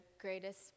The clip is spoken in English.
greatest